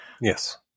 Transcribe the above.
Yes